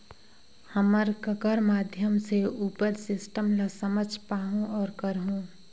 हम ककर माध्यम से उपर सिस्टम ला समझ पाहुं और करहूं?